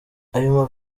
ayo